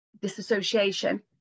disassociation